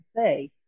say